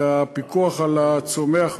זה הפיקוח על הצומח והחי,